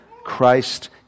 Christ